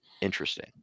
interesting